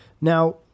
Now